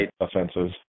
offenses